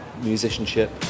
musicianship